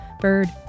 bird